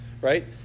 right